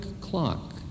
clock